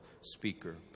speaker